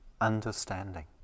understanding